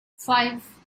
five